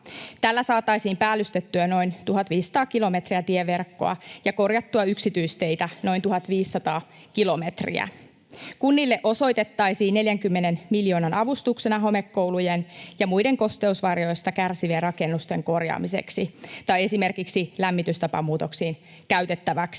Tällä saataisiin päällystettyä noin 1 500 kilometriä tieverkkoa ja korjattua yksityisteitä noin 1 500 kilometriä. Kunnille osoitettaisiin 40 miljoonaa avustuksena homekoulujen ja muiden kosteusvaurioista kärsivien rakennusten korjaamiseksi tai esimerkiksi lämmitystapamuutoksiin käytettäväksi.